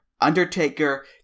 Undertaker